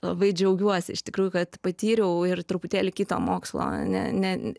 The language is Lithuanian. labai džiaugiuosi iš tikrųjų kad patyriau ir truputėlį kito mokslo ne ne